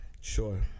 Sure